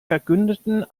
verkündeten